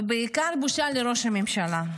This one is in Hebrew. ובעיקר בושה לראש הממשלה.